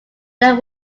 there